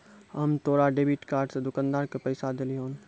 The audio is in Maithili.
हम तोरा डेबिट कार्ड से दुकानदार के पैसा देलिहों